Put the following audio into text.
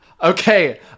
Okay